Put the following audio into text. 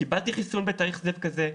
קיבלתי חיסון בתאריך זה וזה,